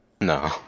no